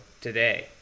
today